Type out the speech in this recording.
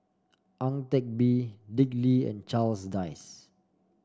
Ang Teck Bee Dick Lee and Charles Dyce